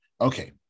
Okay